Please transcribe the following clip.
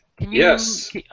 Yes